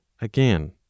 Again